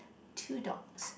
two dogs